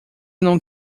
não